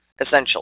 essentially